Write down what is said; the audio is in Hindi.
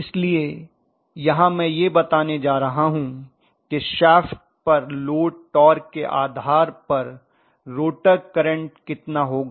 इसलिए यहाँ मैं यह बताने जा रहा हूँ कि शाफ्ट पर लोड टॉर्क के आधार पर रोटर करंट कितना होगा